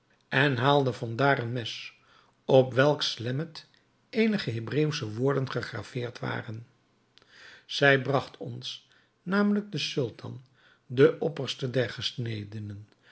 en haalde van daar een mes op welks lemmer eenige hebreeuwsche woorden gegraveerd waren zij bragt ons namelijk den sultan den opperste der